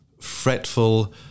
fretful